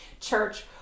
church